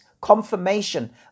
confirmation